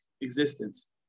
existence